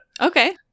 Okay